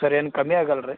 sir ಏನು ಕಮ್ಮಿ ಆಗಲ್ಲ ರೀ